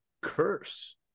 curse